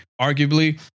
arguably